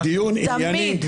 תמיד.